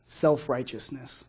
self-righteousness